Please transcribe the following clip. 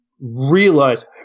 realize